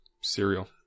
cereal